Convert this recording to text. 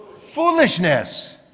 Foolishness